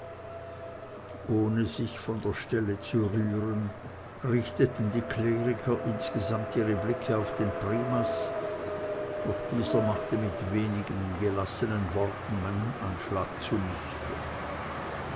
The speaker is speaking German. ohne sich von der stelle zu rühren richteten die kleriker insgesamt ihre blicke auf den primas doch dieser machte mit wenigen gelassenen worten meinen anschlag zunichte